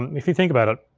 if you think about it,